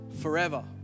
forever